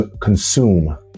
consume